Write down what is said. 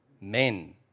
Men